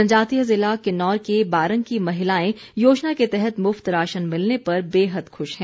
जनजातीय जिला किन्नौर के बारंग की महिलाएं योजना के तहत मुफ्त राशन मिलने पर बेहद खुश हैं